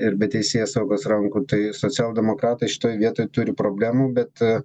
ir be teisėsaugos rankų tai socialdemokratai šitoj vietoj turi problemų bet